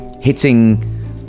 hitting